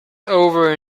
over